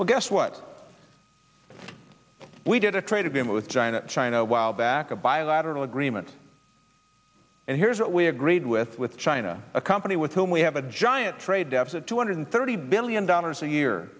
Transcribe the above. well guess what we did a trade agreement with china china a while back a bilateral agreement and here's what we agreed with with china a company with whom we have a giant trade deficit two hundred thirty billion dollars a year